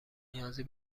نیازی